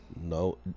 No